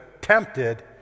tempted